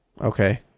Okay